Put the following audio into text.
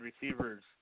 receivers